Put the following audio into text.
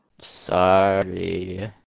Sorry